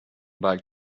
back